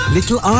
Little